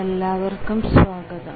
എല്ലാവർക്കും സ്വാഗതം